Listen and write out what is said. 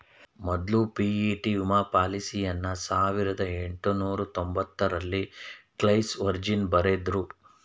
ಮೊದ್ಲ ಪಿ.ಇ.ಟಿ ವಿಮಾ ಪಾಲಿಸಿಯನ್ನ ಸಾವಿರದ ಎಂಟುನೂರ ತೊಂಬತ್ತರಲ್ಲಿ ಕ್ಲೇಸ್ ವರ್ಜಿನ್ ಬರೆದ್ರು